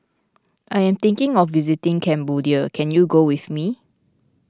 I am thinking of visiting Cambodia can you go with me